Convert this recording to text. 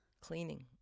Cleaning